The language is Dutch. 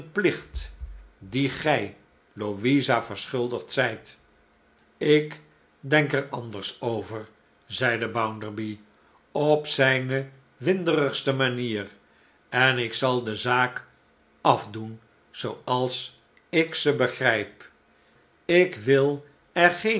plicht dien gij louisa verschuldigd zijt ik denk er anders over zeide bounderby op zijne winderigste manier en ik zal de zaak afdoen zooals ik ze begrijp ik wil er geene